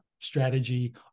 strategy